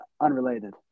unrelated